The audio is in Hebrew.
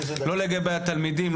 לא לגבי התלמידים,